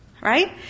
right